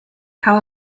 how